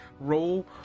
roll